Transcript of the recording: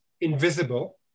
invisible